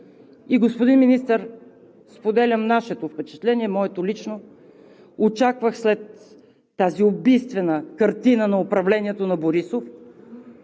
Господин Министър, споделям нашето впечатление, моето лично, очаквах след тази убийствена картина на управлението на Борисов